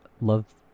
love